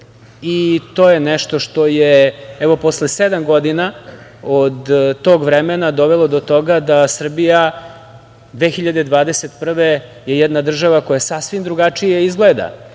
i to je nešto što je, evo, posle sedam godina od tog vremena dovelo do toga da Srbija 2021. godine je jedna država koja sasvim drugačije izgleda